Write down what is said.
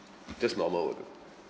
just normal would do